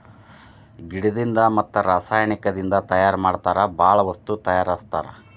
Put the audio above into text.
ಗಿಡದಿಂದ ಮತ್ತ ರಸಾಯನಿಕದಿಂದ ತಯಾರ ಮಾಡತಾರ ಬಾಳ ವಸ್ತು ತಯಾರಸ್ತಾರ